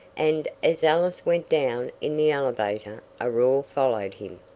and as ellis went down in the elevator a roar followed him.